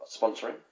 sponsoring